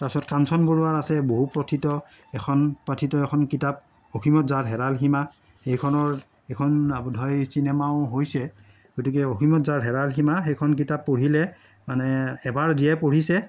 তাৰপাছত কাঞ্চন বৰুৱাৰ আছে বহু পঠিত এখন পাঠিত এখন কিতাপ অসীমত যাৰ হেৰাল সীমা এইখনৰ এইখন বোধহয় চিনেমাও হৈছে গতিকে অসীমত যাৰ হেৰাল সীমা সেইখন কিতাপ পঢ়িলে মানে এবাৰ যিয়ে পঢ়িছে